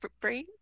Brain